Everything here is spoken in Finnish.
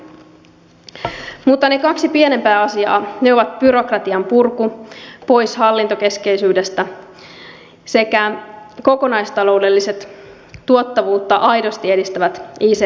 mutta ne kaksi pienempää asiaa ovat byrokratian purku pois hallintokeskeisyydestä sekä kokonaistaloudelliset tuottavuutta aidosti edistävät ict ratkaisut